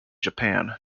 japan